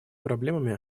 проблемами